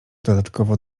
dodatkowo